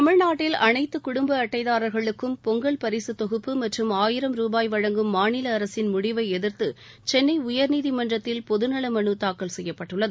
தமிழ்நாட்டில் அனைத்து குடும்ப அட்டைதாரர்களுக்கும் பொங்கல் பரிசு தொகுப்பு மற்றும் ஆயிரம் ரூபாய் வழங்கும் மாநில அரசின் முடிவை எதிர்த்து சென்னை உயர்நீதிமன்றத்தில் பொதுநல மனு தாக்கல் செய்யப்பட்டுள்ளது